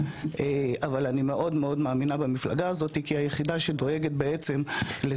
אבל אני מאוד מאוד מאמינה במפלגה הזאת כי היא היחידה שדואגת לשמחת